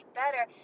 better